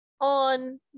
on